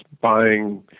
buying